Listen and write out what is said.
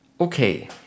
Okay